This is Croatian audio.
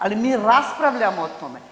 Ali mi raspravljamo o tome.